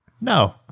no